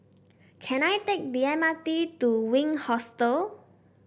can I take the M R T to Wink Hostel